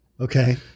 Okay